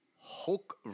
Hulk